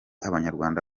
abanyarwanda